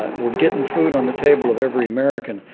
ah we're getting food on the table of every american.